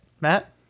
Matt